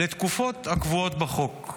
לתקופות הקבועות בחוק.